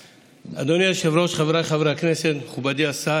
אדוני היושב-ראש, חבריי חברי הכנסת, מכובדי השר,